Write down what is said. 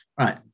right